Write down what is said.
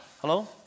Hello